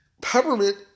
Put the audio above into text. Peppermint